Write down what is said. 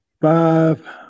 five